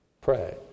Pray